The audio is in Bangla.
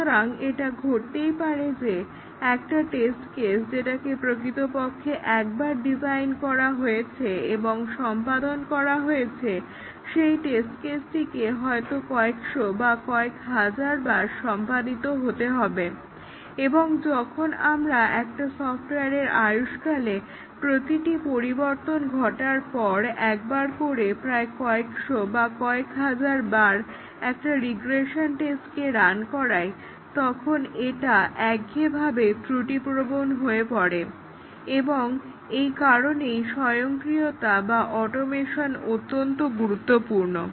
সুতরাং এটা ঘটতেই পারে যে একটা টেস্ট কেস যেটাকে প্রকৃতপক্ষে একবার ডিজাইন করা হয়েছে এবং সম্পাদন করা হয়েছে সেই টেস্ট কেসটিকে হয়তো কয়েকশো বা কয়েক হাজার বার সম্পাদিত হতে হবে এবং যখন আমরা একটা সফটওয়্যারের আয়ুষ্কালে প্রতিটি পরিবর্তন ঘটার পর একবার করে প্রায় কয়েকশো বা কয়েক হাজার বার একটা রিগ্রেশন টেস্টকে রান করাই তখন এটা একঘেয়েভাবে ত্রুটিপ্রবণ হয়ে পড়ে এবং এই কারণেই স্বয়ংক্রিয়তা বা অটোমেশন অত্যন্ত গুরুত্বপূর্ণ